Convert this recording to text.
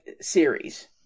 series